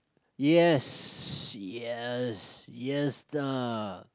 yes yes yes ah